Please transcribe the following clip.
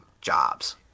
jobs